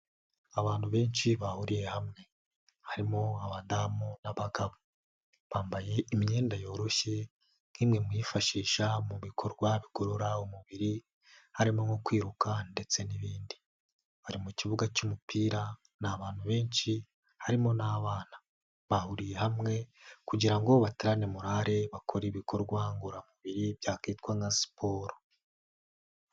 Abantu benshi bahuriye hamwe harimo abadamu n'abagabo. Bambaye imyenda yoroshye nk'imwe muyifashishwa mu bikorwa bikurura umubiri, harimo nko kwiruka ndetse n'ibindi. Bari mu kibuga cy'umupira ni abantu benshi harimo n'abana. Bahuriye hamwe kugira ngo baterane morare bakore ibikorwa ngororamubiri byakitwa nka siporo.